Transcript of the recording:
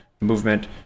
movement